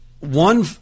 One